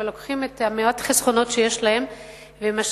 לוקחים את מעט החסכונות שיש להם ומשקיעים